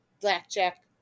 Blackjack